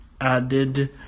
added